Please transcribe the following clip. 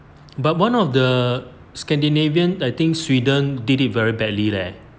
but one of the scandinavian I think sweden did it very badly leh